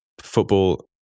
football